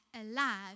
alive